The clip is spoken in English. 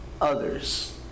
others